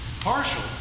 partial